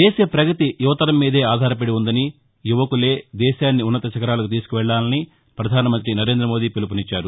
దేశ ప్రగతి యువతరం మీదే ఆధారపడి వుందని యువకులే దేశాన్ని ఉన్నత శిఖరాలకు తీసుకువెళ్ళాలని ప్రధానమంతి నరేంరమోదీ పిలుపునిచ్చారు